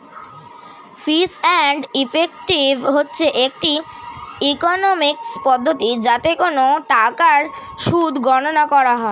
fees and effective হচ্ছে একটি economics পদ্ধতি যাতে কোন টাকার সুদ গণনা করা হয়